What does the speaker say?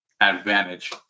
advantage